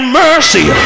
mercy